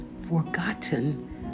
forgotten